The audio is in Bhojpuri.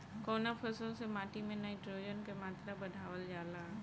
कवना फसल से माटी में नाइट्रोजन के मात्रा बढ़ावल जाला?